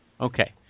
Okay